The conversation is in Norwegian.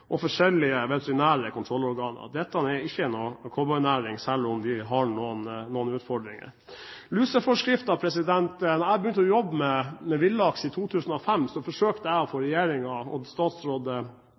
og forskjellige veterinære kontrollorganer. Dette er ikke noen cowboynæring, selv om de har noen utfordringer. Så til luseforskrifter. Da jeg begynte å jobbe med villlaks i 2005, forsøkte jeg å få